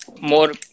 more